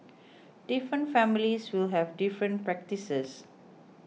different families will have different practices